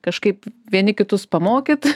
kažkaip vieni kitus pamokyt